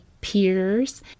peers